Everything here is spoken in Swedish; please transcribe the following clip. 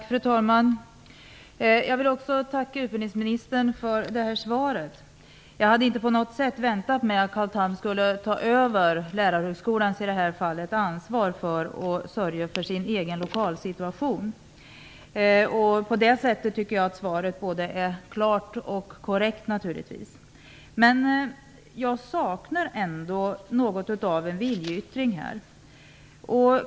Fru talman! Jag vill tacka utbildningsministern för svaret. Jag hade inte på något sätt väntat mig att Carl Tham skulle ta över, i det här fallet, Lärarhögskolans ansvar för att sörja för sin egen lokalsituation. På den punkten tycker jag att svaret är både klart och korrekt. Men jag saknar ändå något av en viljeyttring.